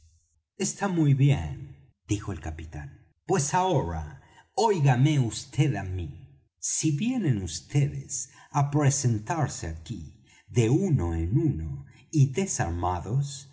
está muy bien dijo el capitán pues ahora óigame vd á mí si vienen vds á presentarse aquí de uno en uno y desarmados